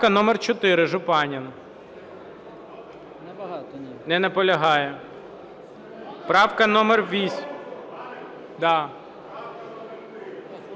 Правка номер 4, Жупанин. Не наполягає. Правка номер 8…